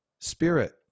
spirit